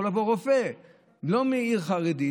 יכול לבוא רופא לא מעיר חרדית,